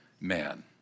man